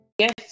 Yes